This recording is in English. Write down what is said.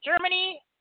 Germany